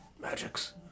magics